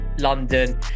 london